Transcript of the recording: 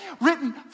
written